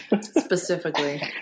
Specifically